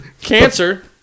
cancer